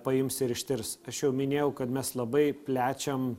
paims ir ištirs aš jau minėjau kad mes labai plečiam